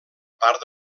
part